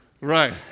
Right